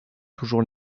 toujours